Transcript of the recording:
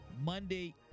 Monday